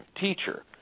teacher